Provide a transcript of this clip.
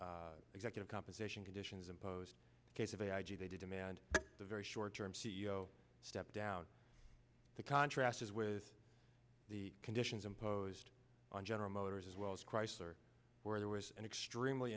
executive compensation conditions imposed a case of a i g they demand the very short term c e o step down the contrast is with the conditions imposed on general motors as well as chrysler where there was an extremely